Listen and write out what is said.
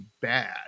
bad